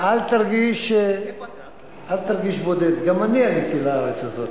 אל תרגיש בודד, גם אני עליתי לארץ הזאת,